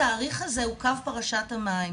התאריך הזה הוא קו פרשת המים,